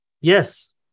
Yes